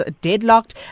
deadlocked